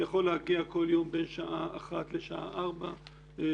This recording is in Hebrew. יכול להגיע כל יום בין שעה 1:00 לשעה 4:00